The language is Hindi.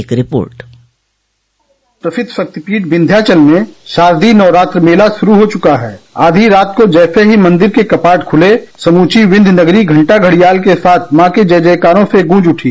एक रिपोर्ट प्रसिद्ध शक्तिपीठ विँध्याचल मे शारदीय नवरात्र मेला शुरू हो चुका है आधी रात को जैसे ही मंदिर के कपाट खुले समूची विंध्य नगरी घंटा घड़ियाल के साथ मां के जयकारों से गूँज उठी